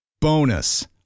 Bonus